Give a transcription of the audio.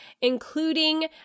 including